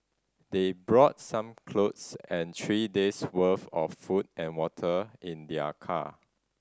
they brought some clothes and three days' worth of food and water in their car